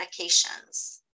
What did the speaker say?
medications